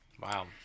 wow